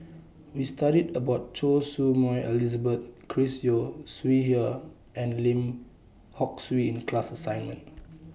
We studied about Choy Su Moi Elizabeth Chris Yeo Siew Hua and Lim Hock Siew in class assignment